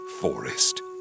forest